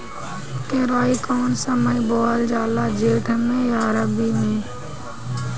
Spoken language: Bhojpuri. केराई कौने समय बोअल जाला जेठ मैं आ रबी में?